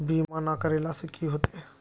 बीमा ना करेला से की होते?